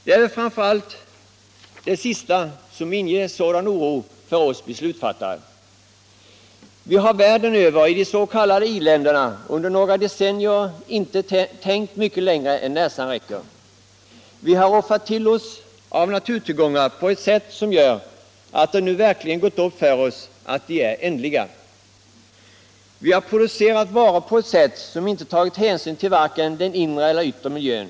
Det är väl framför allt tryggheten för de kommande generationerna som inger oss beslutsfattare oro. I de s.k. i-länderna i hela världen har vi under några decennier inte tänkt mycket längre än näsan räcker. Vi har roffat åt oss av naturtillgångarna på ett sätt som gjort att det nu verkligen gått upp för oss att dessa är ändliga. Vi har producerat varor på ett sätt som inte tagit hänsyn till vare sig den inre eller yttre miljön.